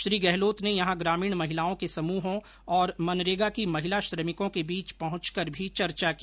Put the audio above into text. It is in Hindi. श्री गहलोत ने यहां ग्रामीण महिलाओं के समूहों और मनरेगा की महिला श्रमिकों के बीच पहुंचकर भी चर्चा की